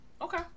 Okay